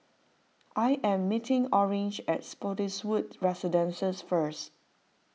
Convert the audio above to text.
I am meeting Orange at Spottiswoode Residences first